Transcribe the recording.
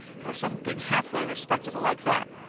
or something half-way respectable like that.